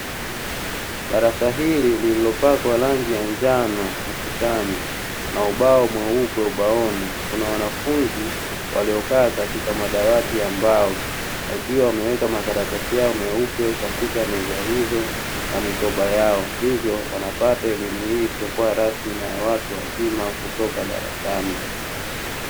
Darasa hili, lililopakwa rangi ya njano ukutani na ubao mweupe ubaoni, kuna wanafunzi waliokaa katika madawati ya mbao, wakiwa wameweka makaratasi yao meupe katika meza hizo na mikoba yao. Hivyo wanapata elimu hii isiyokuwa rasmi na ya watu wazima kutoka darasani.